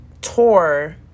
tour